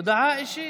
הודעה אישית.